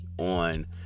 on